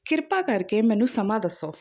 ਕਿਰਪਾ ਕਰਕੇ ਮੈਨੂੰ ਸਮਾਂ ਦੱਸੋ